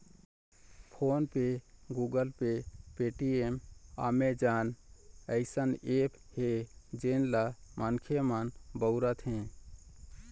phone पे, Google Pay, Paytm, Amazon अइसन apps हे जेन ल मनखे मन बउरत हें